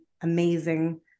amazing